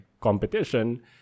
competition